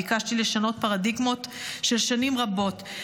ביקשתי לשנות פרדיגמות של שנים רבות,